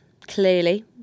clearly